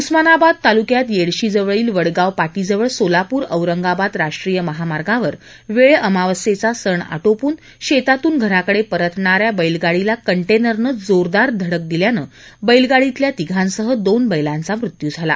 उस्मानाबाद तालुक्यात येडशी जवळील वडगाव पाटीजवळ सोलापूर औरंगाबाद राष्ट्रीय महामार्गावर वेळ अमावास्येचा सण आटोपून शेतातून घराकडे परतणाऱ्या बैलगाडीला कंटेनरनं जोरदार धडक दिल्यानं बैलगाडीतल्या तिघांसह दोन बैलांचा मृत्यू झाला